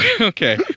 okay